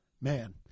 Man